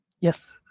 Yes